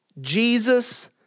Jesus